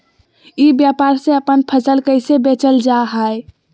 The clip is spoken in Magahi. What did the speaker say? ई व्यापार से अपन फसल कैसे बेचल जा हाय?